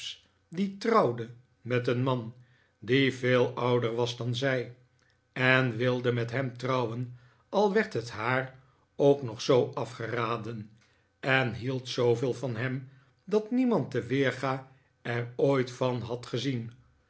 die trouwde met een man die veel ouder was dan zij en wilde met hem trouwen al werd het haar ook nog zoo afgeraden en hield zooveel van hem dat niemand de weerga er ooit van had gezien